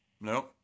No